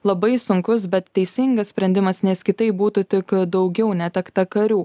labai sunkus bet teisingas sprendimas nes kitaip būtų tik daugiau netekta karių